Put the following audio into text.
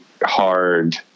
hard